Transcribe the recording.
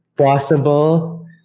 Possible